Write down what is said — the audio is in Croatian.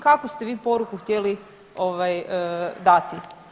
Kakvu ste vi poruku htjeli dati?